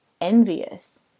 envious